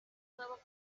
nuevo